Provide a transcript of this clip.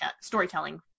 storytelling